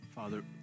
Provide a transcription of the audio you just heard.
Father